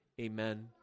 Amen